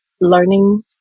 learning